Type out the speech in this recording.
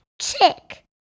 chick